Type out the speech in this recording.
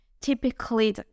typically